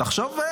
תחשוב.